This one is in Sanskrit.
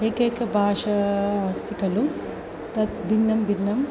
एकेका भाषा अस्ति खलु तत् भिन्नं भिन्नम्